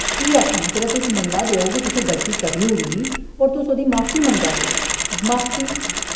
की आखना जेल्लै तुस मन्ना दे ओ केह् तुसें गल्ती करी ओड़ी होर तुस उसदी माफी मंगा देओ माफी